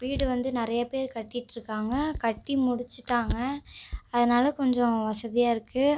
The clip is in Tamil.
வீடு வந்து நிறைய பேர் கட்டிட்ருக்காங்க கட்டி முடிச்சுட்டாங்க அதனால் கொஞ்சோம் வசதியாக இருக்குது